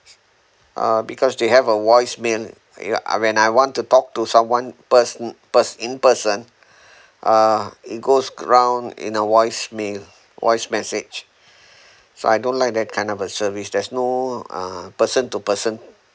uh because they have a voice mail you know when I want to talk to someone person pers~ in person uh it goes ground in a voice mail voice message so I don't like that kind of a service there's no uh person to person